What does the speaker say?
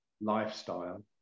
lifestyle